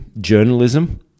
journalism